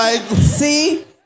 see